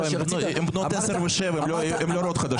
הן בנות עשר ושבע, הן לא רואות חדשות.